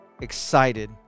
excited